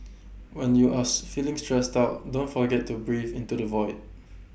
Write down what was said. when you are feeling stressed out don't forget to breathe into the void